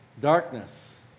darkness